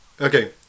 okay